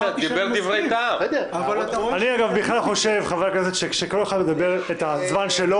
גינזבורג) כאשר כל אחד מדבר בזכות הדיבור